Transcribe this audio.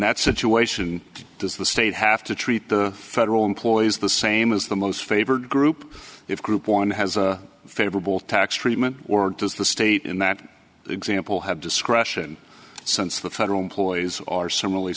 that situation does the state have to treat the federal employees the same as the most favored group if group one has a favorable tax treatment or does the state in that example have discretion since the federal employees are similarly